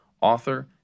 author